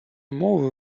мовою